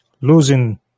losing